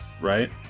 Right